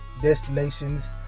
destinations